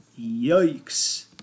Yikes